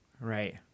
right